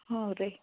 ಹ್ಞೂ ರೀ